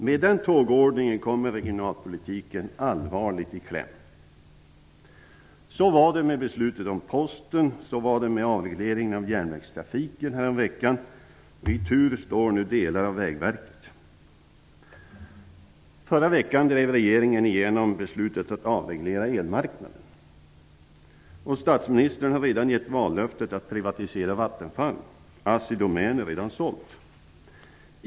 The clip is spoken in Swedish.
Med den tågordningen kommer regionalpolitiken allvarligt i kläm. Så var det med beslutet om Posten och beslutet om avregleringen av järnvägstrafiken häromveckan. I tur står nu delar av Vägverket. Förra veckan drev regeringen igenom beslutet att avreglera elmarknaden. Statsministern har gett vallöftet att privatisera Vattenfall, och Assidomän är redan sålt.